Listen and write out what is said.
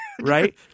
right